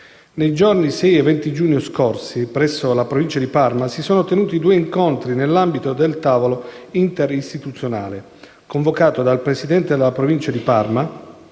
Nei giorni 6 e 20 giugno scorsi, presso la Provincia di Parma, si sono tenuti due incontri nell'ambito del tavolo interistituzionale - convocato dal Presidente della Provincia di Parma,